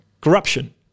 corruption